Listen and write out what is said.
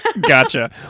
Gotcha